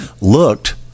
looked